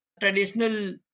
traditional